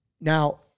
Now